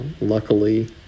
luckily